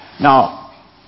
Now